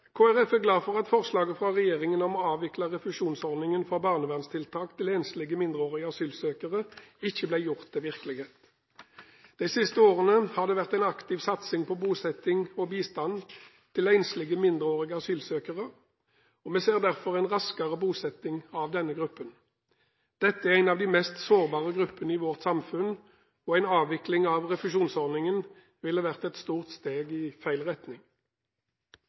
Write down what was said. er glad for at forslaget fra regjeringen om å avvikle refusjonsordningen for barnevernstiltak til enslige mindreårige asylsøkere ikke blir gjort til virkelighet. De siste årene har det vært en aktiv satsing på bosetting og bistand til enslige mindreårige asylsøkere, og vi ser derfor en raskere bosetting av denne gruppen. Dette er en av de mest sårbare gruppene i vårt samfunn, og en avvikling av refusjonsordningen ville være et stort steg i feil retning.